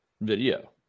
video